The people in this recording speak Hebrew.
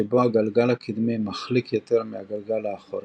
שבו הגלגל הקדמי מחליק יותר מהגלגל האחורי,